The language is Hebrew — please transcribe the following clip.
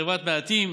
בחברת מעטים,